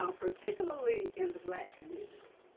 ah particularly in the black community?